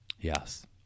Yes